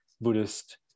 Buddhist